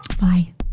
Bye